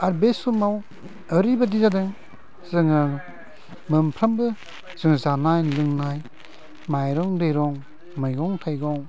आर बि समाव ओरैबादि जादों जोङो मोनफ्रोमबो जोङो जानाय लोंनाय माइरं दैरं मैगं थाइगं